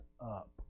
up